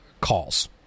calls